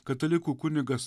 katalikų kunigas